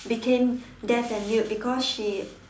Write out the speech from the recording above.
became deaf and mute because she